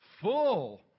full